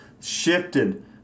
shifted